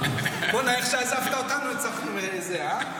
איך שעזבת אותנו --- אה?